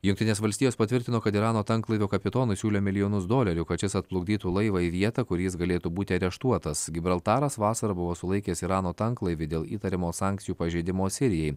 jungtinės valstijos patvirtino kad irano tanklaivio kapitonui siūlė milijonus dolerių kad šis atplukdytų laivą į vietą kur jis galėtų būti areštuotas gibraltaras vasarą buvo sulaikęs irano tanklaivį dėl įtariamo sankcijų pažeidimo sirijai